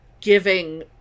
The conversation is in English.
giving